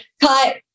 cut